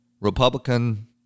Republican